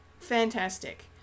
Fantastic